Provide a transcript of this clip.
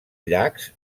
llacs